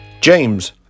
James